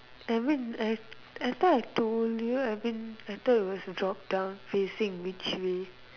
every I I thought I told you every I thought it was a drop down facing which way